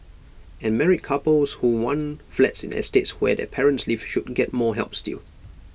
and married couples who want flats in estates where their parents live should get more help still